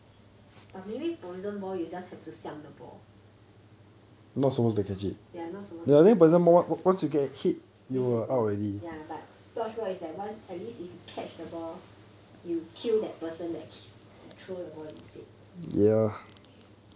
but maybe poison ball you just have to siam the ball ya not supposed to catch just siam it means you gone ya but dodge ball is like once at least you catch the ball you kill that person that that throw the ball instead